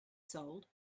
sold